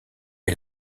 est